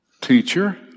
teacher